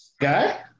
guy